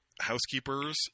housekeepers